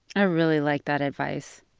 i really like that advice.